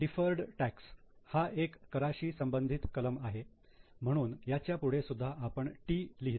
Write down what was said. deferred tax हा एक कराशी संबंधित कलम आहे म्हणून याच्यापुढे सुद्धा आपण 'T' लिहितो